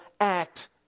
act